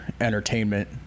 entertainment